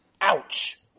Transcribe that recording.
ouch